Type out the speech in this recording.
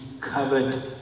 covered